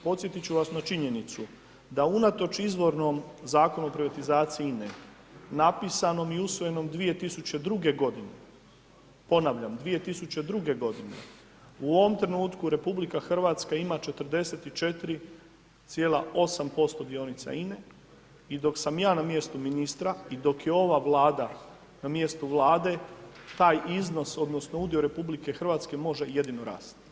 Podsjetit ću vas na činjenicu, da unatoč izvornom Zakonu o privatizaciji INE napisanom i usvojenom 2002. godine, ponavljan 2002. godine u ovom trenutku RH ima 44,8% dionica INE i dok sam ja na mjestu ministra i dok je ova Vlada na mjestu vlade taj iznos odnosno udio RH može jedino rasti.